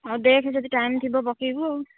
ହଉ ଦେଖେ ଯଦି ଟାଇମ୍ ଥିବ ପକାଇବୁ ଆଉ